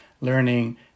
learning